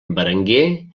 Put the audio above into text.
berenguer